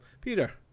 Peter